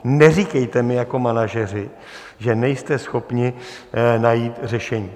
Neříkejte mi jako manažeři, že nejste schopni najít řešení.